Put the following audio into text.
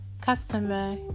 customer